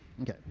Okay